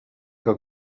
que